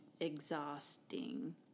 exhausting